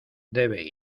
debe